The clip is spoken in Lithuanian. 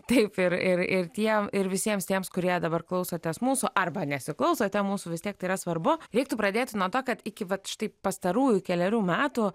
taip ir ir ir tiem ir visiems tiems kurie dabar klausotės mūsų arba nesiklausote mūsų vis tiek yra svarbu reiktų pradėti nuo to kad iki vat štai pastarųjų kelerių metų